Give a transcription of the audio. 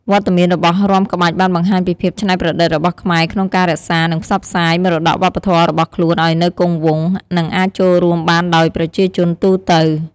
វត្តមានរបស់រាំក្បាច់បានបង្ហាញពីភាពច្នៃប្រឌិតរបស់ខ្មែរក្នុងការរក្សា និងផ្សព្វផ្សាយមរតកវប្បធម៌របស់ខ្លួនឲ្យនៅគង់វង្ស និងអាចចូលរួមបានដោយប្រជាជនទូទៅ។